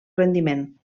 rendiment